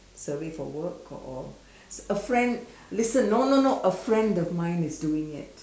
survey for work or or a friend listen no no no a friend of mine is doing it